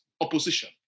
opposition